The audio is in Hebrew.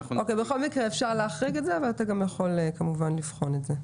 בכל מקרה אפשר להחריג את זה אבל אתה יכול גם כמובן לבחון את זה.